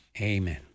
Amen